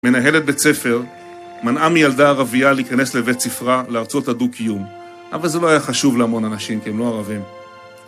מנהלת בית ספר מנעה מילדה ערבייה להיכנס לבית ספרה לארצות הדו-קיום אבל זה לא היה חשוב להמון אנשים כי הם לא ערבים